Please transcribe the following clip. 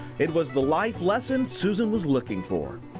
it was the life lesson susan was looking for.